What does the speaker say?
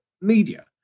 media